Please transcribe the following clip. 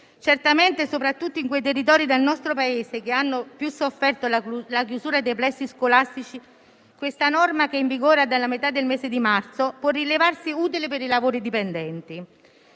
Certamente, soprattutto nei territori del nostro Paese che hanno più sofferto la chiusura dei plessi scolastici, questa norma, in vigore dalla metà del mese di marzo, può rivelarsi utile per i lavoratori dipendenti.